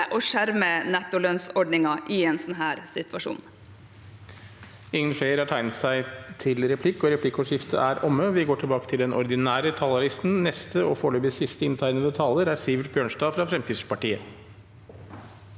og skjerme nettolønnsordningen i en sånn situasjon.